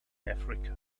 africa